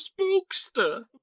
spookster